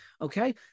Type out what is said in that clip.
okay